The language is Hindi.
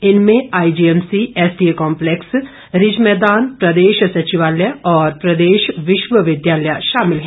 इनमें आईजीएमसी एसडीए कॉम्पलैक्स रिज मैदान प्रदेश सचिवालय और प्रदेश विश्वविद्यालय शामिल है